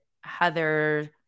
Heather